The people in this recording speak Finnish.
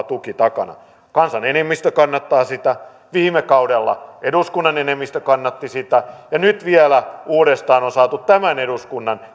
tuki takanaan kansan enemmistö kannattaa sitä viime kaudella eduskunnan enemmistö kannatti sitä ja nyt vielä uudestaan on saatu tämän eduskunnan